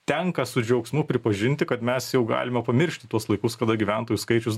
tenka su džiaugsmu pripažinti kad mes jau galime pamiršti tuos laikus kada gyventojų skaičius